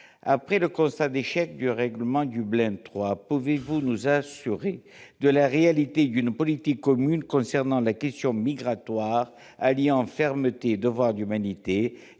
après le constat d'échec du règlement Dublin III, pouvez-vous nous assurer de la réalité d'une politique commune concernant la question migratoire, alliant fermeté et devoir d'humanité,